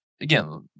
again